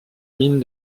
mine